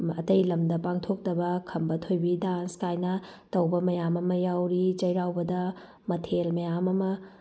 ꯑꯇꯩ ꯂꯝꯗ ꯄꯥꯡꯊꯣꯛꯇꯗ ꯈꯝꯕꯥ ꯊꯣꯏꯕꯤ ꯗꯥꯟꯁ ꯀꯥꯏꯅ ꯇꯧꯕ ꯃꯌꯥꯝ ꯑꯃ ꯌꯥꯎꯔꯤ ꯆꯩꯔꯥꯎꯕꯗ ꯃꯊꯦꯜ ꯃꯌꯥꯝ ꯑꯃ